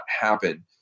happen